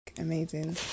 amazing